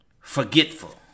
forgetful